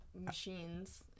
machines